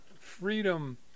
freedom